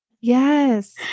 Yes